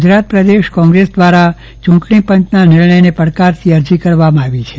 ગુજરાત પ્રદેશ કોંગ્રેસ દ્વારા ચૂંટણીપંચના નિર્ણયને પડકારતી અરજી કરવામાં આવી છે